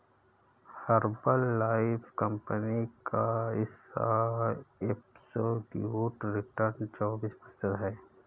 Herbalife company का इस साल एब्सोल्यूट रिटर्न चौबीस प्रतिशत है